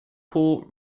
poor